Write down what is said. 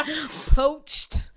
Poached